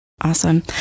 awesome